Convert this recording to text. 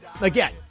Again